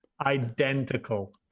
Identical